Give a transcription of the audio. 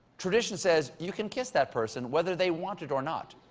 tradition says you can kiss that person whether they want it or not!